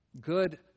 good